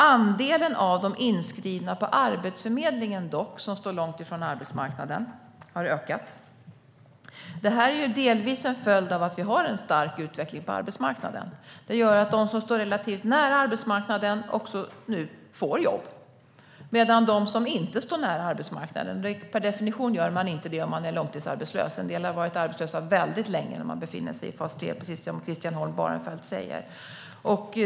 Andelen inskrivna på Arbetsförmedlingen som står långt ifrån arbetsmarknaden har dock ökat. Detta är delvis en följd av att vi har en stark utveckling på arbetsmarknaden. Det gör att de som står relativt nära arbetsmarknaden nu får jobb men inte de som inte står nära arbetsmarknaden - per definition gör man inte det om man är långtidsarbetslös. En del har varit arbetslösa väldigt länge när de befinner sig i fas 3, precis som Christian Holm Barenfeld säger.